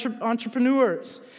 entrepreneurs